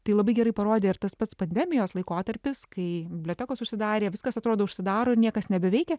tai labai gerai parodė ir tas pats pandemijos laikotarpis kai bibliotekos užsidarė viskas atrodo užsidaro ir niekas nebeveikia